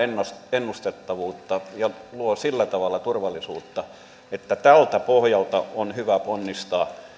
ennustettavuutta ja luo sillä tavalla turvallisuutta että tältä pohjalta on hyvä ponnistaa